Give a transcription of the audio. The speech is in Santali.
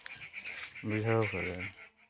ᱵᱩᱡᱷᱟᱹᱣ ᱠᱟᱹᱫᱟᱹᱧ